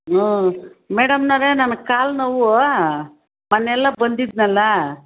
ಹ್ಞೂ ಮೇಡಮ್ನವ್ರೆ ನನಗೆ ಕಾಲು ನೋವು ಮೊನ್ನೆ ಎಲ್ಲ ಬಂದಿದ್ದೆನಲ್ಲ